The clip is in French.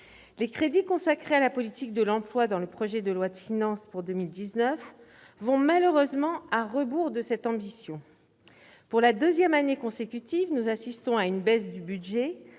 les crédits consacrés à la politique de l'emploi dans le projet de loi de finances pour 2019 vont, malheureusement, à rebours de cette ambition. Pour la deuxième année consécutive, nous assistons à une baisse du budget